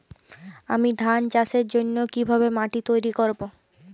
আমি ধান চাষের জন্য কি ভাবে মাটি তৈরী করব?